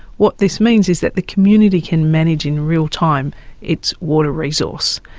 what this means is that the community can manage in real time its water resource,